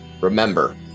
remember